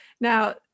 Now